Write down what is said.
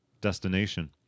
destination